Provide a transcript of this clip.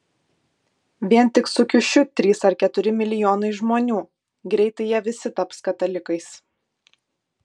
vien tik su kiušiu trys ar keturi milijonai žmonių greitai jie visi taps katalikais